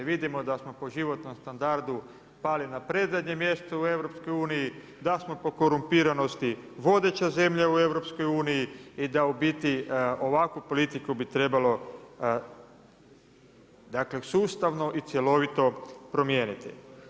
Vidimo da smo po životnom standardu pali na predzadnje mjesto u EU, da smo po korumpiranosti vodeća zemlja u EU i da u biti ovakvu politiku bi trebalo, dakle sustavno i cjelovito promijeniti.